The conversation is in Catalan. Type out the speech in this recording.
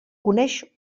coneix